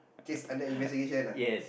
case under investigation ah